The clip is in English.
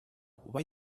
why